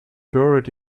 buried